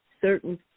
certain